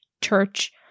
church